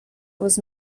was